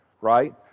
right